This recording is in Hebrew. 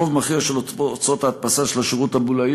רוב מכריע של הוצאות ההדפסה של השירות הבולאי,